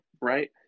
right